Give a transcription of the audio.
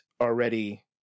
already